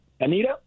Anita